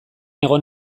egon